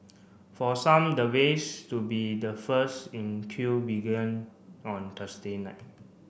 for some the race to be the first in queue began on Thursday night